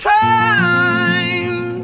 time